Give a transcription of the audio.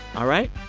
all right.